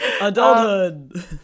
Adulthood